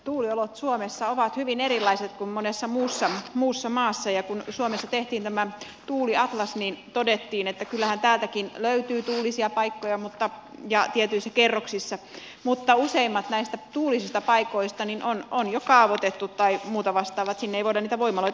tuuliolot suomessa ovat hyvin erilaiset kuin monessa muussa maassa ja kun suomessa tehtiin tämä tuuliatlas niin todettiin että kyllähän täältäkin löytyy tuulisia paikkoja ja tietyissä kerroksissa mutta useimmat näistä tuulisista paikoista on jo kaavoitettu tai muuta vastaavaa niin että sinne ei voida niitä voimaloita perustaa